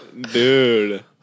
Dude